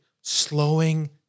slowing